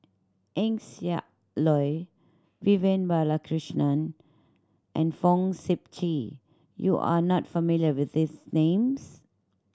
Eng Siak Loy Vivian Balakrishnan and Fong Sip Chee you are not familiar with these names